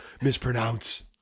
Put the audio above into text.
mispronounce